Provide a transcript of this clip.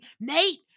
Nate